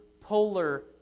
polar